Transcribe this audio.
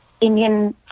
Indian